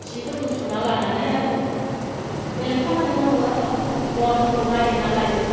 जिफोरखौ सुनानै लानानै आरो बेलेग खामानि मावो आरो आं बनफोरखौ नागिरना लायो